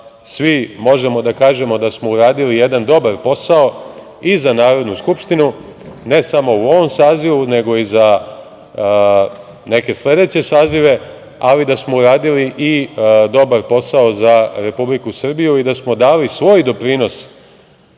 svi možemo da kažemo da smo uradili jedan dobar posao i za Narodnu skupštinu, ne samo u ovom Sazivu, nego i za neke sledeće sazive, ali da smo uradili i dobar posao za Republiku Srbiju i da smo dali svoj doprinos